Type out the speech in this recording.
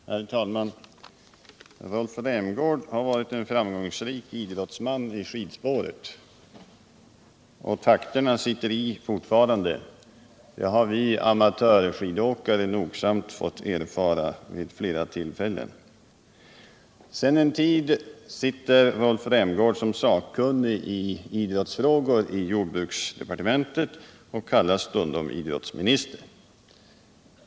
Herr talman! Rolf Rämgård har varit en framgångsrik idrottsman i skidspåren. Och takterna sitter i fortfarande — det har vi amatörskidåkare nogsamt fått erfara vid flera tillfällen. Sedan en tid sitter Rolf Rämgård som sakkunnig i idrottsfrågor i jordbruksdepartementet och kallas stundom idrottsminister.